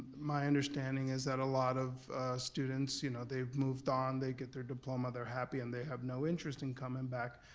my understanding is that a lot of students, you know they've moved on, they get their diploma, they're happy and they have no interest in coming back.